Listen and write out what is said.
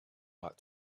back